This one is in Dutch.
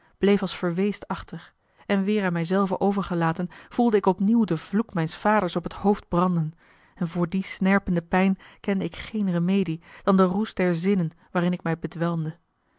als verweesd achter en weêr aan mij zelven overgelaten voelde ik opnieuw den vloek mijns vaders op het hoofd branden en voor die snerpende pijn kende ik geene remedie dan den roes der zinnen waarin ik mij bedwelmde